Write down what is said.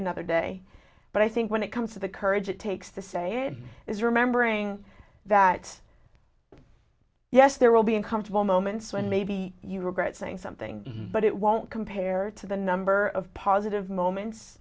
another day but i think when it comes to the courage it takes to say it is remembering that yes there will be uncomfortable moments when maybe you regret saying something but it won't compare to the number of positive moments